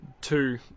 two